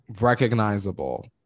recognizable